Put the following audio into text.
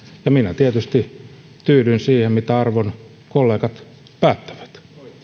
ja minä tietysti tyydyn siihen mitä arvon kollegat päättävät